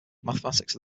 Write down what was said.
mathematics